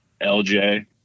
LJ